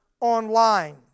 online